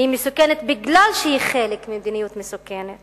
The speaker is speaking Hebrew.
היא מסוכנת מפני שהיא חלק ממדיניות מסוכנת